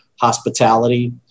hospitality